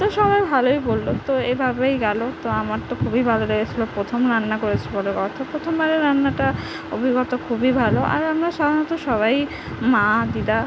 তো সবাই ভালোই বললো তো এভাবেই গেলো তো আমার তো খুবই ভালো লেগেছিলো প্রথম রান্না করেছি বলে কথা প্রথমবারে রান্নাটা অভিজ্ঞতা খুবই ভালো আর আমরা সাধারণত সবাই মা দিদা